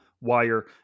Wire